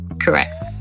Correct